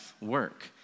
work